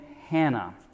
hannah